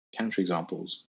counterexamples